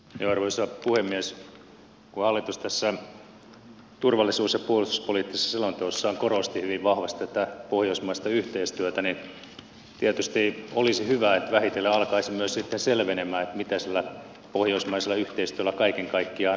kun hallitus tässä turvallisuus ja puolustuspoliittisessa selonteossaan korosti hyvin vahvasti tätä pohjoismaista yhteistyötä niin tietysti olisi hyvä että vähitellen alkaisi myös sitten selvenemään mitä sillä pohjoismaisella yhteistyöllä kaiken kaikkiaan tarkoitetaan